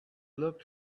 looked